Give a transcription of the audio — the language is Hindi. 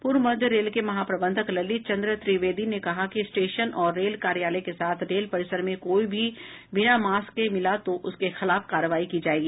पूर्व मध्य रेल के महाप्रबंधक ललित चन्द्र त्रिवेदी ने कहा कि स्टेशन और रेल कार्यालय के साथ रेल परिसर में कोई भी बिना मास्क के मिला तो उसके खिलाफ कार्रवाई की जायेगी